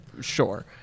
sure